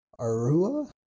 Arua